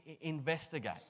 investigate